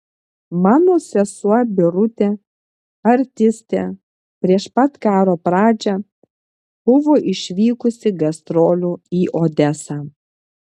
mano sesuo birutė artistė prieš pat karo pradžią buvo išvykusi gastrolių į odesą